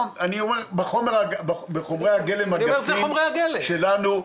בחומרי הגולם הגסים שלנו,